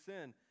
sin